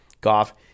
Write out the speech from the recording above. Goff